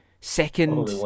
Second